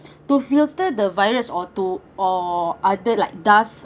to filter the virus or to or other like dust